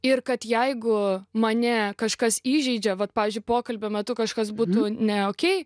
ir kad jeigu mane kažkas įžeidžia vat pavyzdžiui pokalbio metu kažkas būtų ne okei